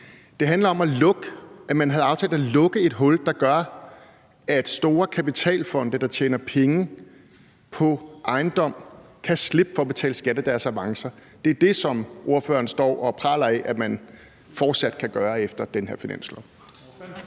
aftalt at lukke et hul, der gør, at store kapitalfonde, der tjener penge på ejendomme, kan slippe for at betale skat af deres avancer. Det er det, som ordføreren står og praler med man fortsat kan gøre efter den her finanslov.